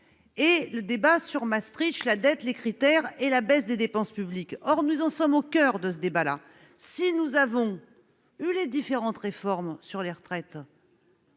Et le débat sur Maastricht la dette les critères et la baisse des dépenses publiques, or nous en sommes au coeur de ce débat là si nous avons eu les différentes réformes sur les retraites.